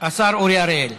השר אורי אריאל.